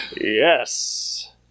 yes